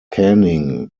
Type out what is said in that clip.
caning